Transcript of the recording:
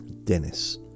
Dennis